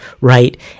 right